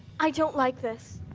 i don't like this,